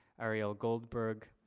ariel goldberg,